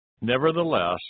Nevertheless